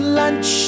lunch